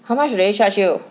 how much do they charge you